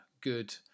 good